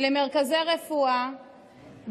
למרכזי הרפואה,